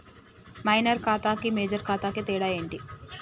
Minor ఖాతా కి major ఖాతా కి తేడా ఏంటి?